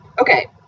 Okay